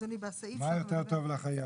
אדוני, בסעיף --- מה יותר טוב לחייל?